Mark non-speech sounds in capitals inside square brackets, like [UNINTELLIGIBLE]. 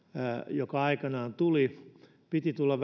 joka aikanaan tuli ja jonka piti tulla [UNINTELLIGIBLE]